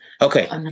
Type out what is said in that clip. Okay